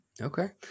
okay